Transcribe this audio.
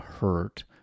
hurt